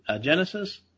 Genesis